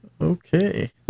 Okay